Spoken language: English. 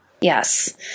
Yes